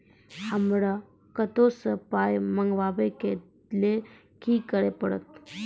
हमरा कतौ सअ पाय मंगावै कऽ लेल की करे पड़त?